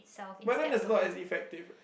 but then that's not as effective